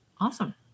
awesome